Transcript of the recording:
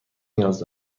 نیاز